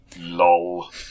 Lol